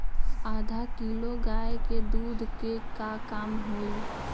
आधा किलो गाय के दूध के का दाम होई?